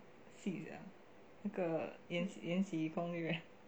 戏 sia 那个延禧延禧攻略